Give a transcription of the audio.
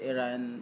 Iran